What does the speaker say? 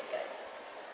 ya